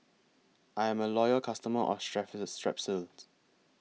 I'm A Loyal customer of Strepsils